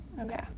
Okay